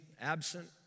absent